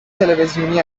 تلویزیونی